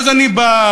ואז אני בא,